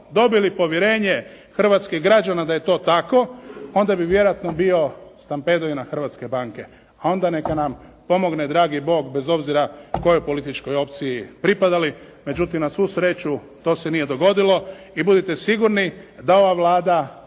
dobili povjerenje hrvatskih građana da je to tako, onda bi vjerojatno bio stampedo i na hrvatske banke. A onda neka nam pomogne dragi bog bez obzira kojoj političkoj opciji pripadali. Međutim, na svu sreću to se nije dogodilo i budite sigurni da ova Vlada